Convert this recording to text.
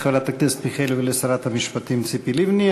תודה לחברת הכנסת מיכאלי ולשרת המשפטים ציפי לבני.